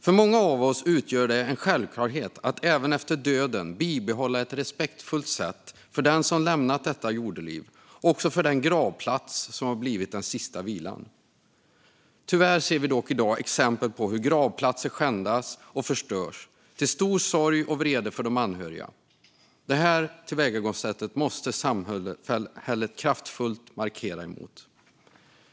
För många av oss utgör det en självklarhet att även efter en persons död bibehålla ett respektfullt sätt för den som lämnat detta jordeliv och också för den gravplats som blivit den sista vilan. Tyvärr ser vi dock exempel i dag på hur gravplatser skändas och förstörs, till stor sorg och vrede för de anhöriga. Detta tillvägagångssätt måste samhället kraftfullt markera emot.